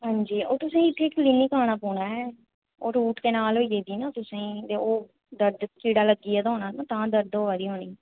हां जी ओह् तुसेंगी इत्थै क्लिनिक आना पौना ऐ ओह् रूट कैनाल होई गेदी ना तुसेंगी ते ओह् दर्द कीड़ा लग्गी गेदा होना ना तां दर्द होआ दी होनी